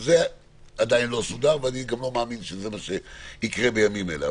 זה עדיין לא סודר ואני לא מאמין שזה יקרה בימים אלה.